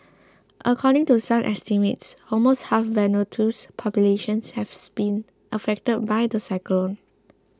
according to some estimates almost half Vanuatu's populations have spin affected by the cyclone